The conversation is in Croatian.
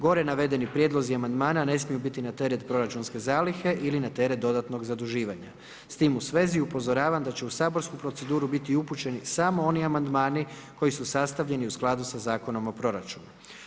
Gore navedeni prijedlozi amandmana ne smiju biti na teret proračunske zalihe ili na teret dodatnog zaduživanja s tim u svezi upozoravam da će u saborsku proceduru biti upućeni samo oni amandmani koji su sastavljeni u skladu sa Zakonom o proračunu.